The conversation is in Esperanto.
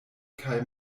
kaj